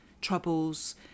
troubles